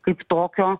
kaip tokio